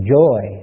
joy